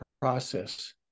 process